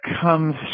comes